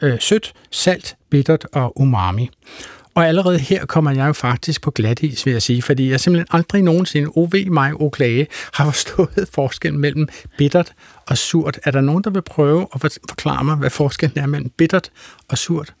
øh, sødt, salt, bittert og umami. Og allerede her kommer jeg jo faktisk på glatis, vil jeg sige, fordi jeg simpelthen aldrig nogensinde, O.V., mig, Oklage, har forstået forskellen mellem bittert og surt. Er der nogen, der vil prøve at forklare mig, hvad forskellen er mellem bittert og surt?